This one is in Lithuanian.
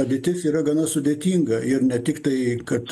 padėtis yra gana sudėtinga ir ne tiktai kad